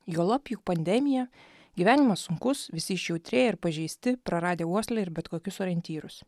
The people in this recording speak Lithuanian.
juolab juk pandemija gyvenimas sunkus visi išjautrėję ir pažeisti praradę uoslę ir bet kokius orientyrus